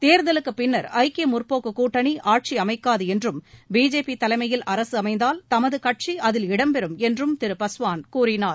தேர்தலுக்குப் பின்னர் ஐக்கிய முற்போக்கு கூட்டணி ஆட்சி அமைக்காது என்றும் பிஜேபி தலைமையில் அரசு அமைந்தால் தமது கட்சி அதில் இடம் பெறும் என்றும் திரு பாஸ்வான் கூறினார்